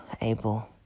able